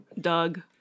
Doug